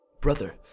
Brother